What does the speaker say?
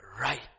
right